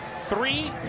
three